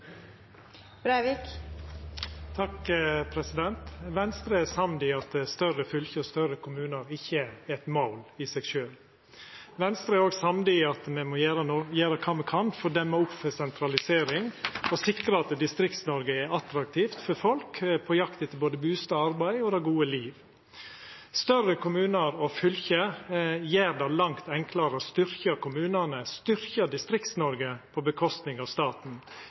samd i at større fylke og større kommunar ikkje er eit mål i seg sjølv. Venstre er òg samd i at me må gjera kva me kan for å demma opp for sentralisering og sikra at Distrikts-Noreg er attraktivt for folk på jakt etter både bustad, arbeid og det gode liv. Større kommunar og fylke gjer det langt enklare å styrkja kommunane, styrkja Distrikts-Noreg på kostnad av staten,